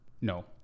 No